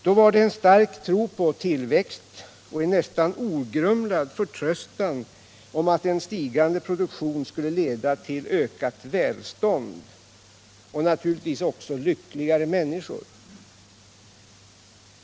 Då var det en stark tro på tillväxt och en nästan ogrumlad förtröstan om att en stigande produktion skulle leda till ökat välstånd och naturligtvis också lyckligare människor.